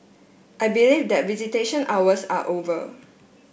I believe that visitation hours are over